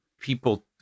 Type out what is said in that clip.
people